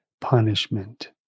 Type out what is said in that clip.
punishment